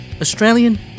Australian